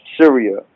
Syria